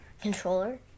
Controller